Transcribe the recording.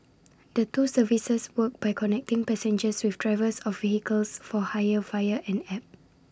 the two services work by connecting passengers with drivers of vehicles for hire via an app